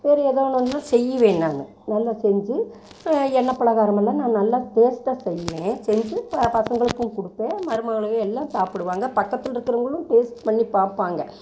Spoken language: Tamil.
சரி எதோன்னு ஒன்று செய்வேன் நானும் நல்லா செஞ்சு எண்ணெய் பலகாரம் எல்லாம் நான் நல்லா டேஸ்ட்டாக செய்வேன் செஞ்சு பசங்களுக்கும் கொடுப்பேன் மருமகளையும் எல்லாம் சாப்பிடுவாங்க பக்கத்தில் இருக்கிறவுங்களும் டேஸ்ட் பண்ணி பார்ப்பாங்க